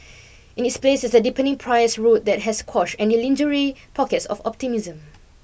in its place is a deepening price rout that has quashed any lingering pockets of optimism